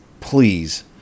please